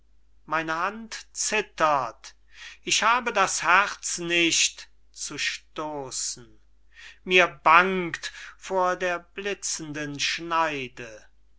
meine hand zittert ich habe das herz nicht zu stoßen mir bangt vor der blitzenden schneide